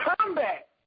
combat